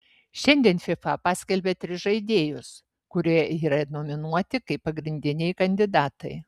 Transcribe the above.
šiandien fifa paskelbė tris žaidėjus kurie yra nominuoti kaip pagrindiniai kandidatai